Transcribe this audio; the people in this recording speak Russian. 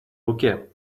руке